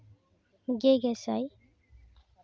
ᱜᱮ ᱜᱮᱥᱟᱭ